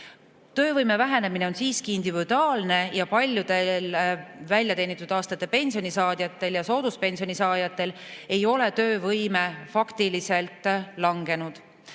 Töövõime vähenemine on siiski individuaalne ja paljudel väljateenitud aastate pensioni ja sooduspensioni saajatel ei ole töövõime faktiliselt langenud.